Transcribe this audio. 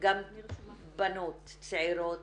גם בנות צעירות